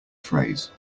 phrase